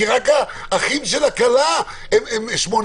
רק האחרים של הכלה הם שמונה